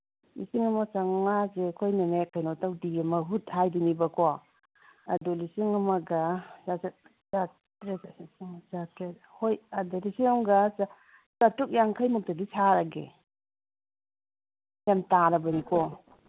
ꯂꯤꯁꯤꯡ ꯑꯃ ꯆꯥꯝꯃꯉꯥꯁꯦ ꯑꯩꯈꯣꯏꯅꯅꯦ ꯀꯩꯅꯣ ꯇꯧꯗꯤꯌꯦ ꯃꯍꯨꯠ ꯍꯥꯏꯗꯨꯅꯦꯕꯀꯣ ꯂꯤꯁꯤꯡ ꯑꯃꯒ ꯍꯣꯏ ꯂꯤꯁꯤꯡ ꯑꯃꯒ ꯆꯥꯇ꯭ꯔꯨꯛ ꯌꯥꯡꯈꯩꯃꯨꯛꯇꯗꯤ ꯁꯥꯔꯒꯦ ꯌꯥꯝ ꯇꯥꯔꯕꯅꯤꯀꯣ